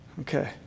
Okay